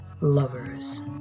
lovers